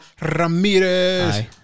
Ramirez